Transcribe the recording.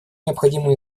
необходимую